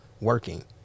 working